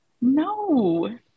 No